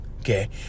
okay